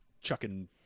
chucking